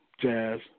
jazz